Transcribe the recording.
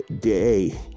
day